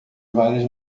várias